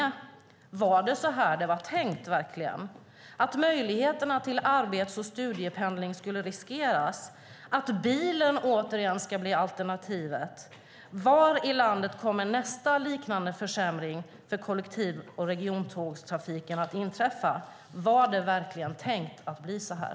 Var det verkligen så här det var tänkt, att möjligheterna till arbets och studiependling skulle riskeras och att bilen åter skulle bli alternativet? Var i landet kommer nästa liknande försämring för kollektiv och regiontågstrafiken att inträffa? Som sagt, var det verkligen tänkt att bli så här?